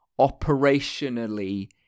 operationally